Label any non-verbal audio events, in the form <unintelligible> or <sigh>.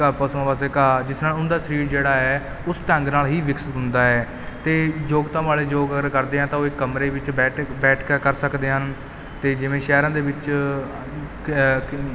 ਘਾਹ ਪਸ਼ੂਆਂ ਵਾਸਤੇ ਘਾਹ ਜਿਸ ਨਾਲ ਉਹਨਾਂ ਦਾ ਸਰੀਰ ਜਿਹੜਾ ਹੈ ਉਸ ਢੰਗ ਨਾਲ ਹੀ ਵਿਕਸਿਤ ਹੁੰਦਾ ਹੈ ਅਤੇ ਯੋਗਤਾ ਵਾਲੇ ਯੋਗ ਕਰਦੇ ਆ ਤਾਂ ਉਹ ਕਮਰੇ ਵਿੱਚ ਬੈਠੇ ਬੈਠ ਕੇ ਕਰ ਸਕਦੇ ਹਨ ਅਤੇ ਜਿਵੇਂ ਸ਼ਹਿਰਾਂ ਦੇ ਵਿੱਚ <unintelligible>